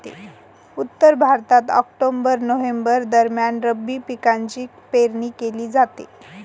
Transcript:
उत्तर भारतात October November दरम्यान रब्बी पिकांची पेरणी केली जाते